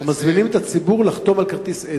הם מזמינים את הציבור לחתום על כרטיס "אדי",